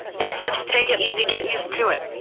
they said to take it easy get used to it.